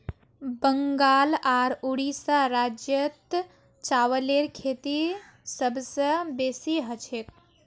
बंगाल आर उड़ीसा राज्यत चावलेर खेती सबस बेसी हछेक